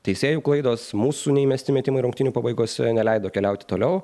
teisėjų klaidos mūsų neįmesti metimai rungtynių pabaigose neleido keliauti toliau